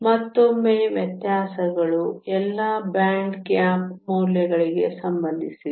ಮತ್ತೊಮ್ಮೆ ವ್ಯತ್ಯಾಸಗಳು ಎಲ್ಲಾ ಬ್ಯಾಂಡ್ ಗ್ಯಾಪ್ ಮೌಲ್ಯಗಳಿಗೆ ಸಂಬಂಧಿಸಿವೆ